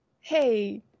hey